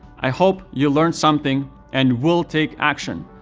i hope you learned something and will take action.